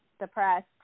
depressed